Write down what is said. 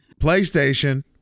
PlayStation